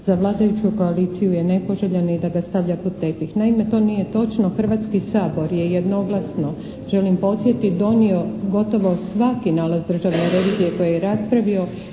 za vladajuću koaliciju je nepoželjan i da ga stavlja pod tepih. Naime, to nije točno. Hrvatski sabor je jednoglasno, želim podsjetiti donio gotovo svaki nalaz državne revizije koji je raspravio.